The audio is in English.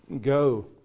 go